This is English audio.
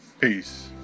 Peace